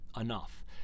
enough